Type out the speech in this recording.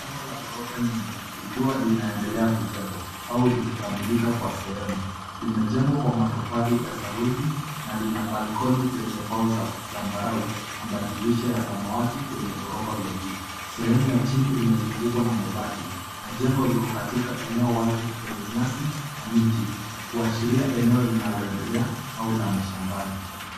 Jengo la ghorofa nyingi, likiwa linaendelea kujengwa au likikamilika kwa sehemu. Limejengwa kwa matofali ya saruji na lina balkoni zenye paa za zambarau na madirisha ya samawati kenye ghorofa za juu. Sehemu ya chini imezungukwa na mabati, na jengo liko katika eneo wazi lenye nyasi na miti, kuashiria eneo linaloendelea au la mashambani.